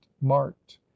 marked